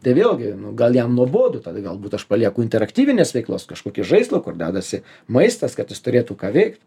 tai vėlgi gal jam nuobodu tada galbūt aš palieku interaktyvinės veiklos kažkokį žaislą kur dedasi maistas kad jis turėtų ką veikt